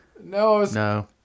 No